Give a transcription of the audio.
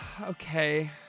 Okay